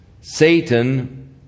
Satan